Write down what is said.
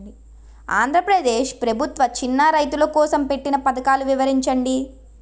ఆంధ్రప్రదేశ్ ప్రభుత్వ చిన్నా రైతుల కోసం పెట్టిన పథకాలు వివరించండి?